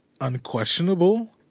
unquestionable